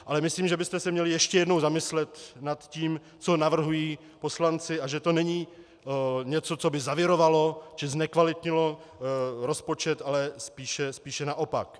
Ale myslím, že byste se měli ještě jednou zamyslet nad tím, co navrhují poslanci, a že to není něco, co by zavirovalo či znekvalitnilo rozpočet, ale spíše naopak.